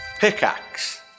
Pickaxe